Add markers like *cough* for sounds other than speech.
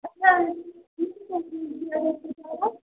*unintelligible*